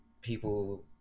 people